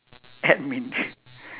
admin